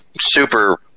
super